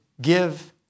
give